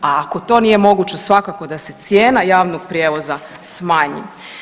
A ako to nije moguće svakako da se cijena javnog prijevoza smanji.